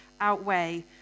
outweigh